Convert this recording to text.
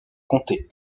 comté